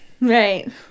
right